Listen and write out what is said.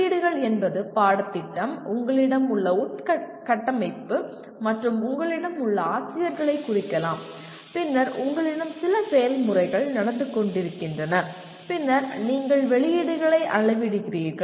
உள்ளீடுகள் என்பது பாடத்திட்டம் உங்களிடம் உள்ள உள்கட்டமைப்பு மற்றும் உங்களிடம் உள்ள ஆசிரியர்களை குறிக்கலாம் பின்னர் உங்களிடம் சில செயல்முறைகள் நடந்து கொண்டிருக்கின்றன பின்னர் நீங்கள் வெளியீடுகளை அளவிடுகிறீர்கள்